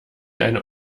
eine